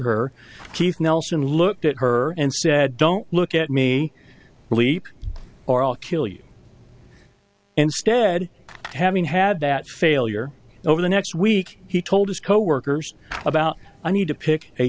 her teeth nelson looked at her and said don't look at me sleep or i'll kill you instead having had that failure over the next week he told his coworkers about the need to pick a